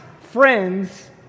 friends